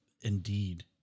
Indeed